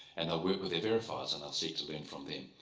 and they'll work with their verifiers, and they'll seek to learn from them,